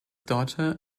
daughter